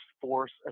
force